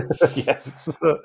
Yes